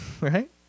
right